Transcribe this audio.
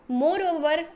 moreover